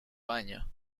baño